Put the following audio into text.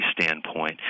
standpoint